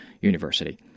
University